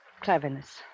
cleverness